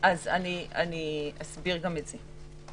אסביר גם את זה.